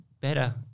better